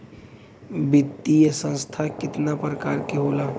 वित्तीय संस्था कितना प्रकार क होला?